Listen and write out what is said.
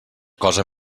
cosa